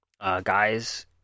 guys